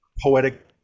poetic